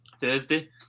Thursday